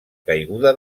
caiguda